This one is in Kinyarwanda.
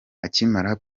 akimara